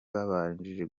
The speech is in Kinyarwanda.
babashije